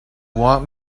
want